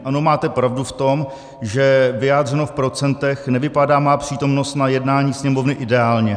Ano, máte pravdu v tom, že vyjádřeno v procentech nevypadá má přítomnost na jednání Sněmovny ideálně.